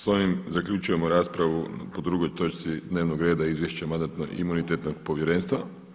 Sa ovim zaključujemo raspravu po drugoj točci dnevnog reda – Izvješće Mandatno-imunitetnog povjerenstva.